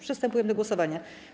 Przystępujemy do głosowania.